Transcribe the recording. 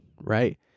right